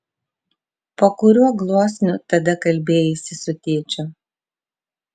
po kuriuo gluosniu tada kalbėjaisi su tėčiu